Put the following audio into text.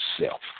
self